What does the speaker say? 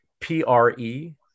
P-R-E